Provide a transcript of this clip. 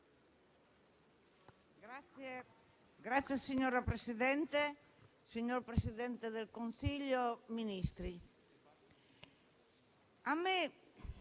Signor Presidente, signor Presidente del Consiglio, Ministri,